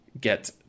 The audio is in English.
get